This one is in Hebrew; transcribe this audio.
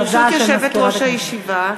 ברשות יושבת-ראש הישיבה,